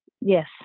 yes